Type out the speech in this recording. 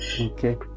Okay